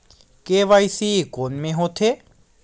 KYC कोन में होथे?